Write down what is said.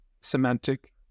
semantic